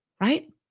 right